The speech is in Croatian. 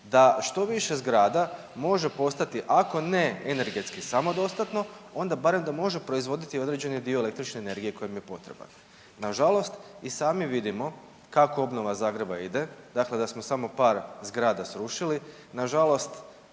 da što više zgrada može postati ako ne energetski samodostatno onda barem da može proizvoditi određeni dio električne energije koji im je potreban. Nažalost, i sami vidimo kako obnova Zagreba ide, dakle da smo samo par zgrada srušili, nažalost